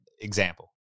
example